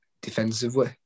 defensively